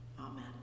amen